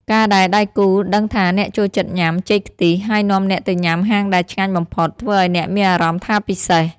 ការដែលដៃគូដឹងថាអ្នកចូលចិត្តញ៉ាំ "ចេកខ្ទិះ" ហើយនាំអ្នកទៅញ៉ាំហាងដែលឆ្ងាញ់បំផុត ធ្វើឱ្យអ្នកមានអារម្មណ៍ថាពិសេស។